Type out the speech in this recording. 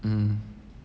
um